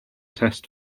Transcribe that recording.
test